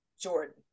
Jordan